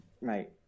mate